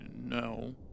no